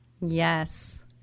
Yes